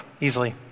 easily